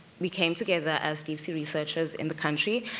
we came together as deep sea researchers in the country,